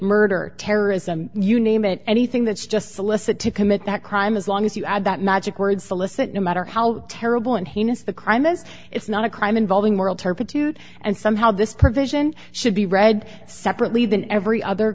murder terrorism you name it anything that's just solicit to commit that crime as long as you add that magic word solicit no matter how terrible and heinous the crime is it's not a crime involving moral turpitude and somehow this provision should be read separately than every other